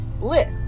lit